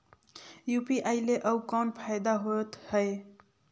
UPI ले अउ कौन फायदा होथ है?